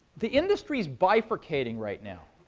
the industry is bifurcating right now.